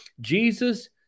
Jesus